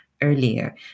earlier